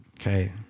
Okay